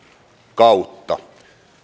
kautta